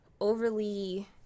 overly